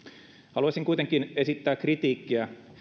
haluaisin kuitenkin esittää kritiikkiä